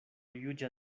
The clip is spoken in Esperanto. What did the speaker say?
juĝa